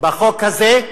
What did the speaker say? בחוק הזה,